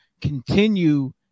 continue